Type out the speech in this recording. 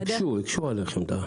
הקשו, הקשו עליכם.